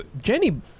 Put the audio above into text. Jenny